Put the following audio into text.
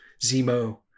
Zemo